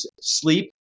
sleep